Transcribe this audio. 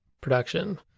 production